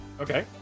Okay